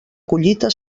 collita